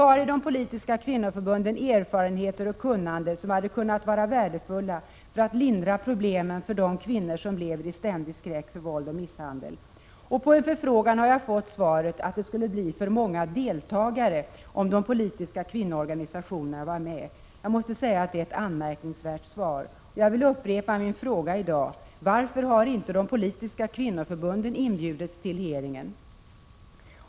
Vi i de politiska kvinnoförbunden har ju kunnande och erfarenheter som kunde ha varit värdefulla när det gäller att lindra problemen för de kvinnor som lever i ständig skräck för våld och misshandel. På en förfrågan har jag fått svaret att det skulle bli för många deltagare om även de politiska kvinnoorganisationerna var med. Jag måste säga att det är ett anmärkningsvärt svar. Jag upprepar därför min fråga: Varför har inte de politiska kvinnoförbunden inbjudits till utfrågningen?